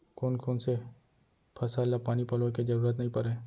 कोन कोन से फसल ला पानी पलोय के जरूरत नई परय?